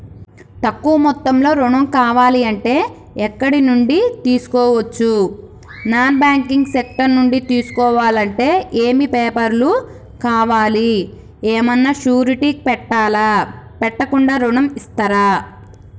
తక్కువ మొత్తంలో ఋణం కావాలి అంటే ఎక్కడి నుంచి తీసుకోవచ్చు? నాన్ బ్యాంకింగ్ సెక్టార్ నుంచి తీసుకోవాలంటే ఏమి పేపర్ లు కావాలి? ఏమన్నా షూరిటీ పెట్టాలా? పెట్టకుండా ఋణం ఇస్తరా?